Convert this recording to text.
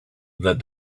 that